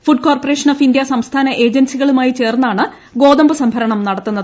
ഫുഡ്കോർപ്പ ration of India സംസ്ഥാന ഏജൻസികളുമായി ചേർന്നാണ് ഗോതമ്പ് സംഭരണം നടത്തുന്നത്